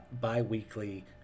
bi-weekly